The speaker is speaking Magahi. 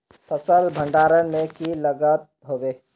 फसल भण्डारण में की लगत होबे?